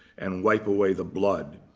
and wipe away the blood.